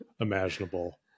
imaginable